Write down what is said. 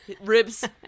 ribs